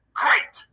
great